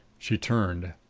she turned.